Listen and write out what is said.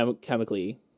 chemically